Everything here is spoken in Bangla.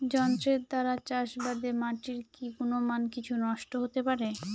যন্ত্রের দ্বারা চাষাবাদে মাটির কি গুণমান কিছু নষ্ট হতে পারে?